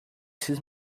his